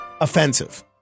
offensive